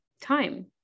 time